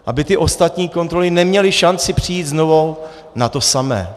Aby ty ostatní kontroly neměly šanci přijít znovu na to samé.